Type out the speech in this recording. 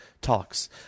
talks